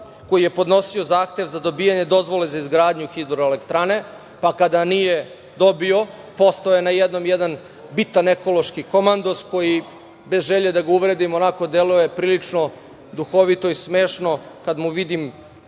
koji je podnosio zahtev za dobijanje dozvole za izgradnju hidroelektrane, pa kada nije dobio, postao je najednom jedan bitan ekološki komandos koji, bez želje da ga uvredim, onako deluje prilično duhovito i smešno kad mu vidim